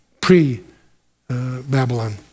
pre-Babylon